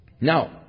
Now